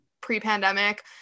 pre-pandemic